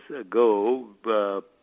ago